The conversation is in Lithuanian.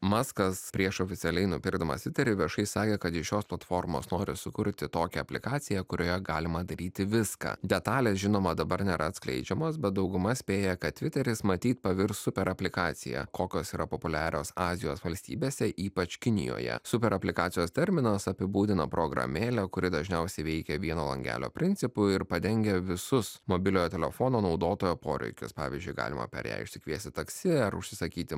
muskas prieš oficialiai nupirkdamas įtari viešai sakė kad šios platformos nori sukurti tokią aplikaciją kurioje galima daryti viską detalės žinoma dabar nėra atskleidžiamos bet dauguma spėja kad tviteris matyt pavirs super aplikacija kokios yra populiarios azijos valstybėse ypač kinijoje super aplikacijos terminas apibūdina programėlę kuri dažniausiai veikia vieno langelio principu ir padengia visus mobiliojo telefono naudotojo poreikius pavyzdžiui galima per ją išsikviesti taksi ar užsisakyti